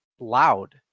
loud